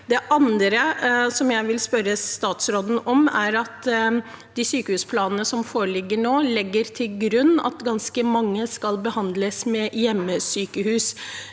Det andre som jeg vil spørre statsråden om, gjelder at de sykehusplanene som foreligger nå, legger til grunn at ganske mange skal behandles ved hjemmesykehus.